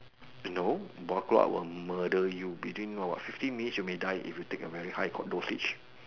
you know bottle up will murder you between what what fifteen minutes you may die if you take a very high con~ dosage